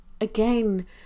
again